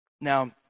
Now